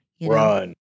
Run